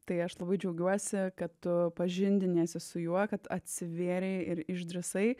tai aš labai džiaugiuosi kad tu pažindiniesi su juo kad atsivėrei ir išdrįsai